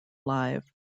live